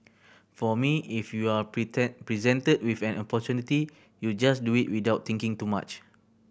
for me if you are pretend presented with an opportunity you just do it without thinking too much